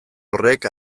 horrek